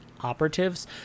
operatives